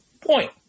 point